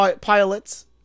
pilots